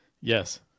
Yes